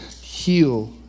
heal